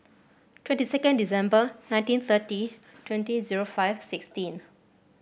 twenty second December nineteen thirty twenty zero five sixteen